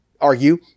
argue